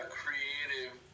creative